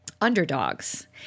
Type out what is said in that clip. underdogs